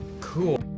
cool